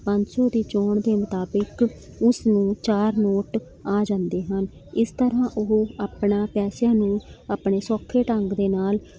ਪੰਜ ਸੌ ਦੀ ਚੋਣ ਦੇ ਮੁਤਾਬਿਕ ਉਸ ਨੂੰ ਚਾਰ ਨੋਟ ਆ ਜਾਂਦੇ ਹਨ ਇਸ ਤਰ੍ਹਾਂ ਉਹ ਆਪਣਾ ਪੈਸਿਆਂ ਨੂੰ ਆਪਣੇ ਸੌਖੇ ਢੰਗ ਦੇ ਨਾਲ਼